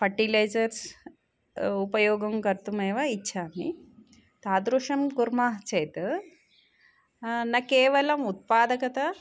fertilizers उपयोगं कर्तुम् एव इच्छामि तादृशं कुर्मः चेत् न केवलम् उत्पादकता